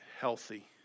healthy